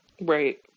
Right